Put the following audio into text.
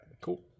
Cool